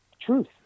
truth